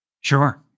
Sure